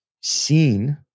seen